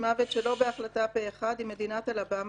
מוות שלא בהחלטה פה-אחד היא מדינת אלבאמה.